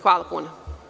Hvala.